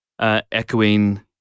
echoing